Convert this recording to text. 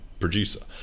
producer